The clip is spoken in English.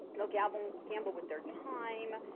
they'll gamble gamble with their time,